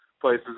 places